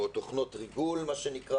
או תוכנות ריגול מה שנקרא,